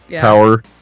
power